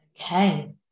Okay